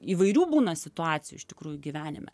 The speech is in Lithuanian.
įvairių būna situacijų iš tikrųjų gyvenime